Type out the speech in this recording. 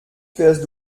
fährst